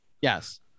Yes